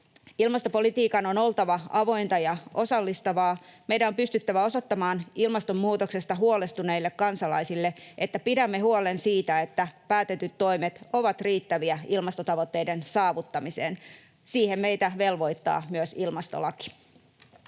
Ilmastopolitiikan on oltava avointa ja osallistavaa. Meidän on pystyttävä osoittamaan ilmastonmuutoksesta huolestuneille kansalaisille, että pidämme huolen siitä, että päätetyt toimet ovat riittäviä ilmastotavoitteiden saavuttamiseen — siihen meitä velvoittaa myös ilmastolaki.